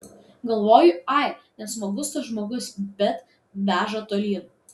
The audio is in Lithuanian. galvoju ai nesmagus tas žmogus bet veža tolyn